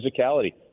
physicality